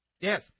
Yes